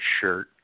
shirt